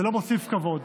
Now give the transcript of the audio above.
זה לא מוסיף כבוד.